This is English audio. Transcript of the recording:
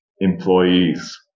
employees